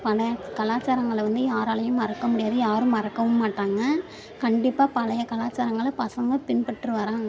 பழைய கலாச்சாரங்களை வந்து யாராலையும் மறக்க முடியாது யாரும் மறக்கவும் மாட்டாங்க கண்டிப்பாக பழைய கலாச்சாரங்களை பசங்கள் பின்பற்றி வராங்க